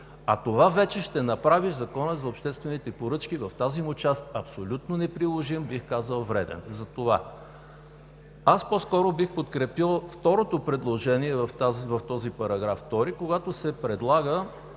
Това вече ще направи Закона за обществените поръчки в тази му част абсолютно неприложим, бих казал вреден. По-скоро бих подкрепил второто предложение в този § 2, където се предлага